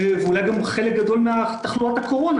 ואולי גם חלק גדול מתחלואות הקורונה.